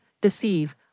deceive